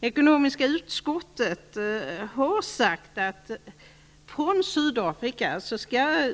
Det ekonomiska utskottet har sagt att